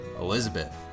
Elizabeth